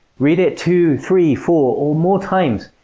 read it two, three, four or more times,